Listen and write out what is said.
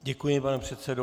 Děkuji, pane předsedo.